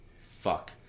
fuck